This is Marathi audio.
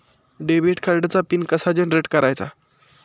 डेबिट कार्डचा पिन कसा जनरेट करायचा?